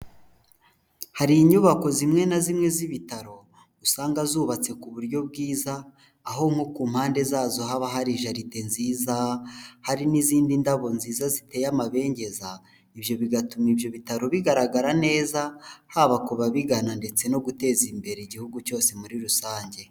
Hari inyubako zimwe na zimwe z'ibitaro usanga zubatse ku buryo bwiza aho nko ku mpande zazo haba hari jaride nziza, hari n'izindi ndabo nziza ziteye amabengeza, ibyo bigatuma ibyo bitaro bigaragara neza haba ku babigana ndetse no guteza imbere igihugu cyose muri rusange.